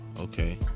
Okay